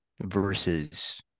versus